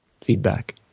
feedback